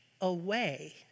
away